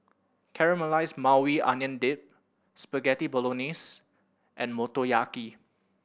Caramelized Maui Onion Dip Spaghetti Bolognese and Motoyaki